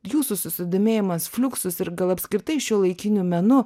jūsų susidomėjimas fliuksus ir gal apskritai šiuolaikiniu menu